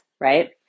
Right